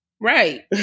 Right